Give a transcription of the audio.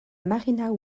marina